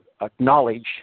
acknowledge